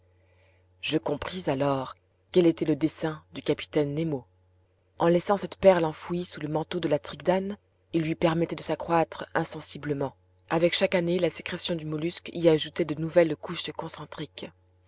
je compris alors quel était le dessein du capitaine nemo en laissant cette perle enfouie sous le manteau de la tridacne il lui permettait de s'accroître insensiblement avec chaque année la sécrétion du mollusque y ajoutait de nouvelles couches concentriques